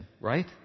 right